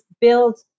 build